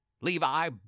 Levi